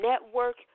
Network